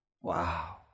Wow